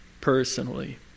personally